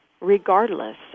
Regardless